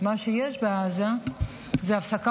מה שיש בעזה זאת הפסקה